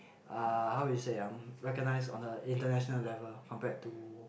uh how we say ah recognised on a international level compared to